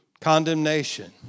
condemnation